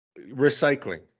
Recycling